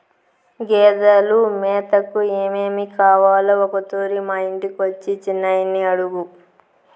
గేదెలు మేతకు ఏమేమి కావాలో ఒకతూరి మా ఇంటికొచ్చి చిన్నయని అడుగు